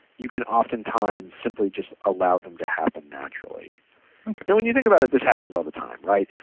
you can often times simply just allow them to happen naturally and when you think about it this happens all the time, right?